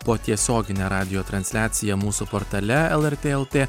po tiesiogine radijo transliacija mūsų portale lrt lt